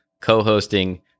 co-hosting